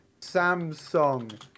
Samsung